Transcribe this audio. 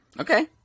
Okay